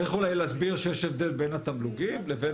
צריך אולי להסביר שיש הבדל בין התמלוגים לבין